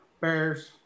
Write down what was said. Bears